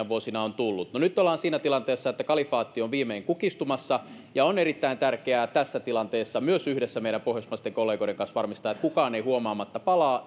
vuosina on tullut no nyt ollaan siinä tilanteessa että kalifaatti on viimein kukistumassa ja on erittäin tärkeää tässä tilanteessa myös yhdessä meidän pohjoismaisten kollegoidemme kanssa varmistaa että kukaan ei huomaamatta palaa